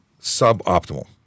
Suboptimal